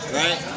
right